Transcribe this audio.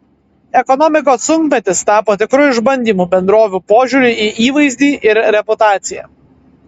ekonomikos sunkmetis tapo tikru išbandymu bendrovių požiūriui į įvaizdį ir reputaciją